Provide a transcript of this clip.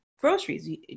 groceries